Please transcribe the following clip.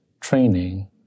training